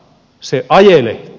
se ajelehtii